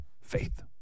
Faith